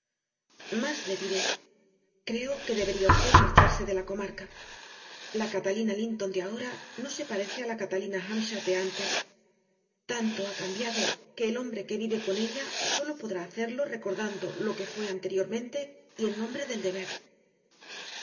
más le diré creo que debería usted marcharse de la comarca la catalina linton de ahora no se parece a la catalina earnshaw de antes tanto ha cambiado que el hombre que vive con ella sólo podrá hacerlo recordando lo que fue anteriormente y en nombre del deber